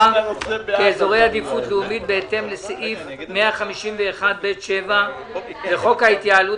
כאזורי עדיפות לאומית בהתאם לסעיף 151(ב)(7) לחוק ההתייעלות